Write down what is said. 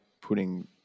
putting